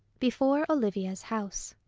before olivia's house.